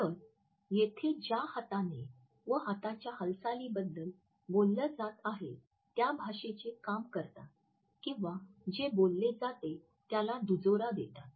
तर येथे ज्या हाताने व हाताच्या हालचालीबद्दल बोलल्या जात आहेत त्या भाषेचे काम करतात किंवा जे बोलले जाते त्याला दुजोरा देतात